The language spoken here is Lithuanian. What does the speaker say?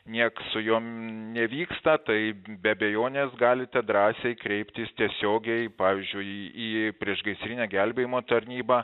nieks su jom nevyksta tai be abejonės galite drąsiai kreiptis tiesiogiai pavyzdžiui į į priešgaisrinę gelbėjimo tarnybą